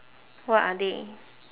what are they